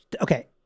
okay